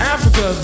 Africa